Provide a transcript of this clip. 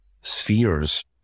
spheres